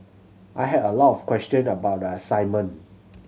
I had a lot of question about the assignment